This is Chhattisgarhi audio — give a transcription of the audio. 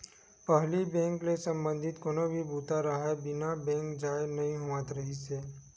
पहिली बेंक ले संबंधित कोनो भी बूता राहय बिना बेंक जाए नइ होवत रिहिस हे